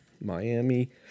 Miami